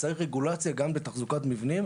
צריכה להיות רגולציה גם על תחזוקת מבנים.